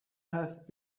have